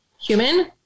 human